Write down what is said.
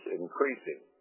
increasing